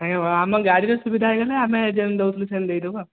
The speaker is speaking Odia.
ଆଜ୍ଞା ଆମ ଗାଡ଼ିର ସୁବିଧା ହୋଇଗଲେ ଆମେ ଯେମିତି ଦେଉଥିଲୁ ସେମିତି ଦେଇଦେବୁ ଆଉ